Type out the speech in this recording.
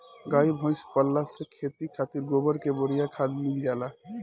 गाई भइस पलला से खेती खातिर गोबर के बढ़िया खाद मिल जाला